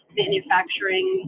manufacturing